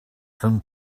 from